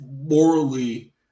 morally